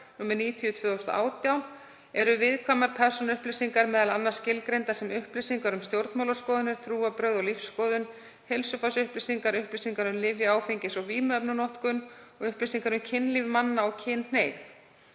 nr. 90/2018, eru viðkvæmar persónuupplýsingar m.a. skilgreindar sem upplýsingar um stjórnmálaskoðanir, trúarbrögð og lífsskoðun, heilsufarsupplýsingar, upplýsingar um lyfja-, áfengis- og vímuefnanotkun og upplýsingar um kynlíf manna og kynhneigð.